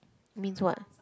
means what